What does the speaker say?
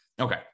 Okay